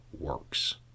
works